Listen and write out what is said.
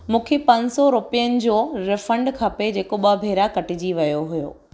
मूंखे पंज सौ रुपियनि जो रिफंड खपे जेको ॿ भेरा कटिजी वियो हुयो